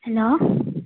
hello